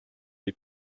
les